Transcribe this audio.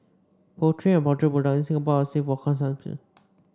poultry and poultry products in Singapore are safe for consumption